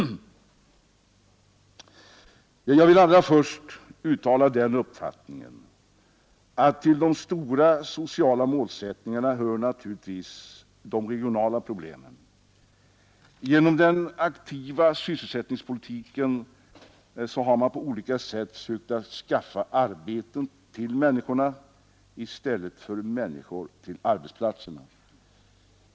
Jag vill allra först uttala uppfattningen, att till de stora sociala målsättningarna hör naturligtvis de regionala problemen. Genom den aktiva sysselsättningspolitiken har man på olika sätt sökt skaffa arbeten till människorna i stället för människor till arbetsplatserna.